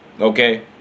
okay